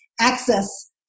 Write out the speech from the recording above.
access